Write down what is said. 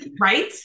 Right